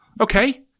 Okay